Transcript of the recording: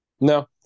No